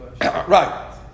Right